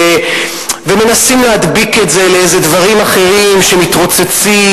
ומנסים להדביק את זה לדברים אחרים שמתרוצצים,